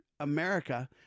America